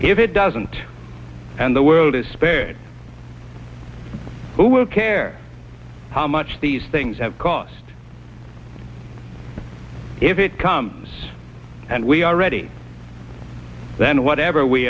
if it doesn't and the world is spared who will care how much these things have cost if it comes and we are ready then whatever we